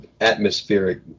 atmospheric